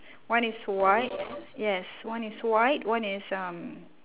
one is white yes one is white one is um